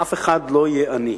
שאף אחד לא יהיה עני,